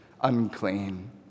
unclean